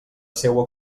seua